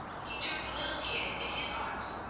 he took the little kid in his arms,